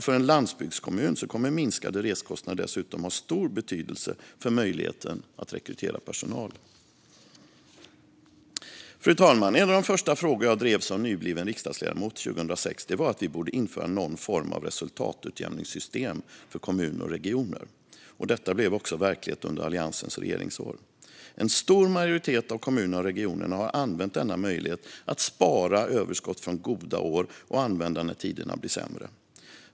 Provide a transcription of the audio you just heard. För en landsbygdskommun kommer minskade reskostnader dessutom att ha stor betydelse för möjligheten att rekrytera personal. Fru talman! En av de första frågor jag drev som nybliven riksdagsledamot 2006 var att vi borde införa någon form av resultatutjämningssystem för kommuner och regioner. Detta blev också verklighet under Alliansens regeringsår. En stor majoritet av kommunerna och regionerna har använt denna möjlighet att spara överskott från goda år för att använda när tiderna blir sämre.